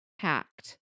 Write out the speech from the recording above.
hacked